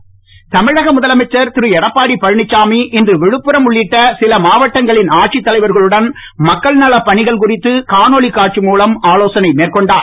எடப்பாடி தமிழக முதலமைச்சர் திரு எடப்பாடி பழனிச்சாமி இன்று விழுப்புரம் உள்ளிட்ட சில மாவட்டங்களின் ஆட்சித் தலைவர்களுடன் மக்கள் நலப் பணிகள் குறித்து காணொலி காட்சி மூலம் ஆலோசனை மேற்கொண்டார்